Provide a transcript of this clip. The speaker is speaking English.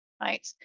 right